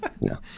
No